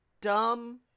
dumb